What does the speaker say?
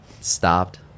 stopped